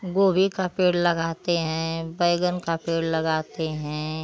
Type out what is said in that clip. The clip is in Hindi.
गोभी का पेड़ लगाते हैं बैंगन का पेड़ लगाते हैं